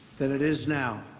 than it is now.